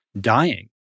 dying